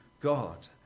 God